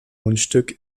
mundstück